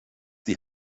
die